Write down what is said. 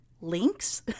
links